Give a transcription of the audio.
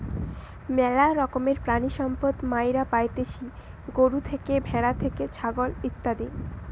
ম্যালা রকমের প্রাণিসম্পদ মাইরা পাইতেছি গরু থেকে, ভ্যাড়া থেকে, ছাগল ইত্যাদি